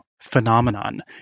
phenomenon